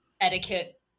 etiquette